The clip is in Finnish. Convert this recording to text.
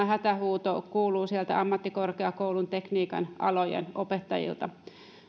hätähuuto kuuluu ammattikorkeakoulun tekniikan alojen opettajilta